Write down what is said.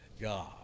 God